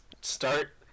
start